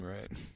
Right